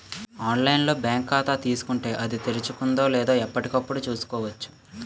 online లో bank ఖాతా తీసుకుంటే, అది తెరుచుకుందో లేదో ఎప్పటికప్పుడు చూసుకోవచ్చు